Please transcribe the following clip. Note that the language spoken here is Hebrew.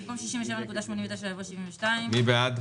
במקום 42.96 יבוא 55. מי בעד?